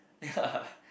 ya